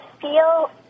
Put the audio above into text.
feel